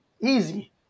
Easy